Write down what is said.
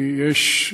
כי יש,